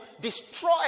destroy